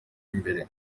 imbere